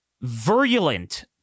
virulent